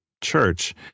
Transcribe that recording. church